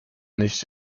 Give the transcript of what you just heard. nicht